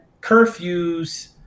curfews